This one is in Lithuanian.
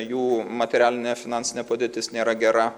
jų materialinė finansinė padėtis nėra gera